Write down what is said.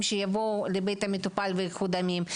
שיבואו לבית המטופל וייקחו דמים.